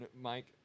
Mike